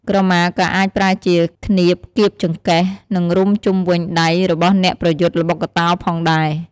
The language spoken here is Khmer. ក្រមាក៏អាចប្រើជាឃ្នៀបគៀបចង្កេះ និងរុំជុំវិញដៃរបស់អ្នកប្រយុទ្ធល្បុក្កតោផងដែរ។